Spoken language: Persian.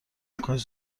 کاش